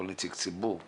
כל נציג ציבור בעצמו,